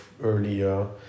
earlier